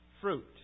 fruit